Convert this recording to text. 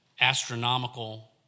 astronomical